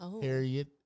Harriet